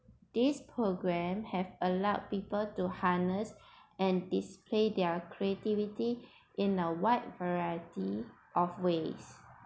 this programme has allowed people to harness and display their creativity in our wide variety of ways